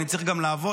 אני צריך גם לעבוד,